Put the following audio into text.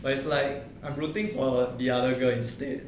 but it's like I'm rooting for the other girl instead